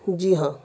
جی ہاں